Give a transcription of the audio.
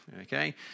Okay